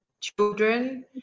children